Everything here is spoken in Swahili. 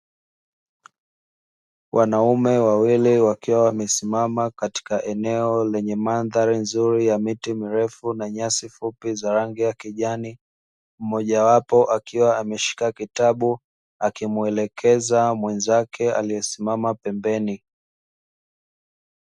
Wanaume wawili wakiwa wamesimama katika eneo lenye mandhari nzuri ya miti mirefu na nyasi fupi za rangi ya kijani. Mmoja wapo akiwa ameshika kitabu akimuelekeza mwenzake aliyesimama pembeni.